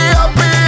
happy